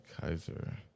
kaiser